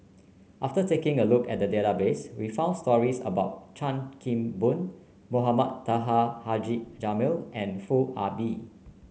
after taking a look at the database we found stories about Chan Kim Boon Mohamed Taha Haji Jamil and Foo Ah Bee